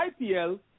IPL